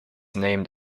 named